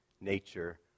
nature